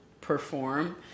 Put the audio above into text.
perform